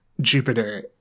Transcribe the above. jupiter